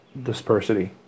dispersity